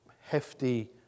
hefty